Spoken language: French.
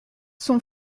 son